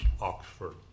Oxford